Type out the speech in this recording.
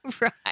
Right